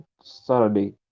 Saturday